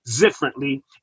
differently